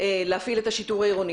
להפעיל את השיטור העירוני,